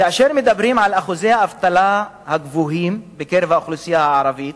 כאשר מדברים על אחוזי האבטלה הגבוהים בקרב האוכלוסייה הערבית,